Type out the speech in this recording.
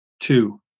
Two